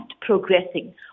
progressing